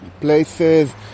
places